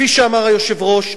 כפי שאמר היושב-ראש,